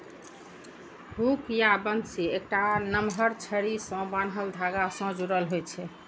hook या बंसी एकटा नमहर छड़ी सं बान्हल धागा सं जुड़ल होइ छै